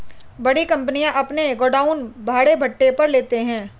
बड़ी कंपनियां अपने गोडाउन भाड़े पट्टे पर लेते हैं